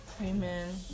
Amen